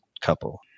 couple